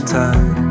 time